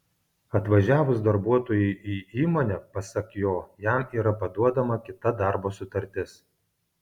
atvažiavus darbuotojui į įmonę pasak jo jam yra paduodama kita darbo sutartis